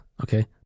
Okay